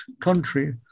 country